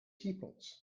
teapot